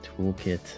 toolkit